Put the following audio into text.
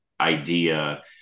idea